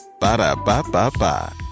Ba-da-ba-ba-ba